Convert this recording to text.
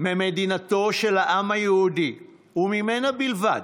ממדינתו של העם יהודי, וממנה בלבד,